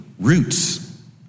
roots